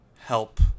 help